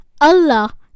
Allah